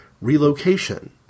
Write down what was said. relocation